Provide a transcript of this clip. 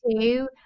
two